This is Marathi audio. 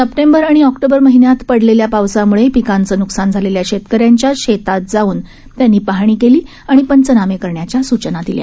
सप्टेंबर आणि ऑक्टोबर महिन्यात पडलेल्या पावसामुळे पिकांचं नुकसान झालेल्या शेतकऱ्यांच्या शेतात जावून पाहणी केली आणि पंचनामे करण्याच्या सूचना दिल्या